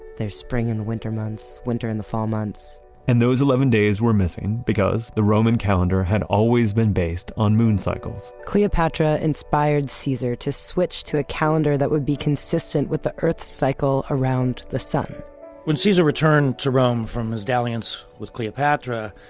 there's spring in the winter months, winter in fall months and those eleven days were missing because the roman calendar had always been based on moon cycles cleopatra inspired caesar to switch to a calendar that would be consistent with the earth's cycle around the sun when caesar returned to rome from his dalliance with cleopatra,